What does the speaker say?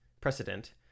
precedent